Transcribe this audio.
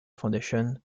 foundation